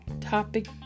topic